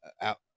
out